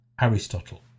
Aristotle